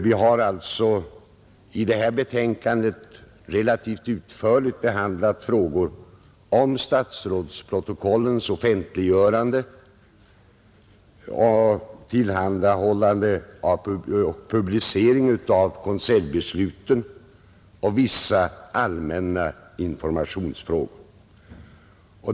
Vi har alltså i det här betänkandet relativt utförligt behandlat frågor om statsrådsprotokollens offentliggörande och tillhandahållande och om publicering av konseljbesluten samt vissa allmänna informationsfrågor.